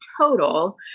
total